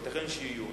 וייתכן שיהיו,